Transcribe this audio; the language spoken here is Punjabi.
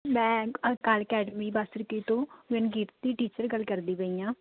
ਮੈਂ ਅਕਾਲ ਅਕੈਡਮੀ ਬਾਸਰਕੇ ਤੋਂ ਰਣਜੀਤ ਦੀ ਟੀਚਰ ਗੱਲ ਕਰਦੀ ਪਈ ਹਾਂ